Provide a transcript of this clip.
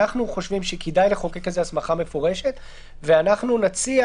אנחנו חושבים שכדאי לחוקק הסמכה מפורשת ואנחנו נציע